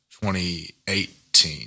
2018